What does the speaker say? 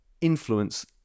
influence